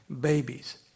babies